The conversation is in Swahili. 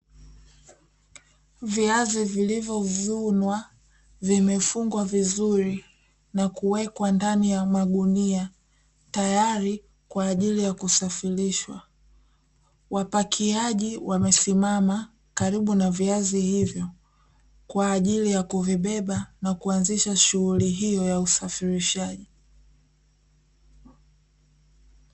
Viazi vilivyovunwa vimefungwa vizuri na kuwekwa ndani ya magunia tayari kwa ajili ya kusafirishwa. Wapakiaji wamesimama karibu na viazi hivyo kwa ajili ya kuvibeba na kuanzisha shughuli hiyo ya usafirishaji.